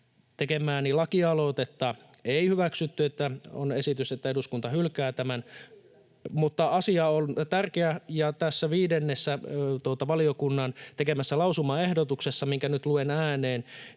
tekemääni lakialoitetta ei hyväksytty. Esitys on, että eduskunta hylkää tämän, mutta asia on tärkeä, ja tässä viidennessä valiokunnan tekemässä lausumaehdotuksessa, minkä nyt luen ääneen,